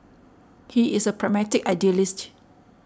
he is a pragmatic idealist